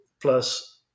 plus